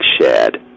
shared